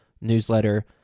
newsletter